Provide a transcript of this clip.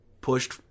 pushed